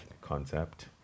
concept